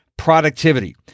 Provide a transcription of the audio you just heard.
Productivity